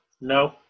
no